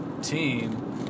Team